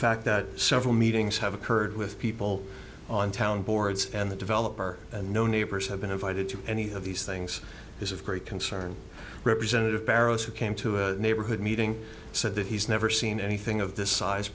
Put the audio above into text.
fact that several meetings have occurred with people on town boards and the developer and no neighbors have been invited to any of these things is of great concern representative barrows who came to a neighborhood meeting so that he's never seen anything of this size